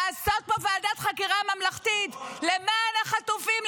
לעשות פה ועדת חקירה ממלכתית למען החטופים,